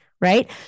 right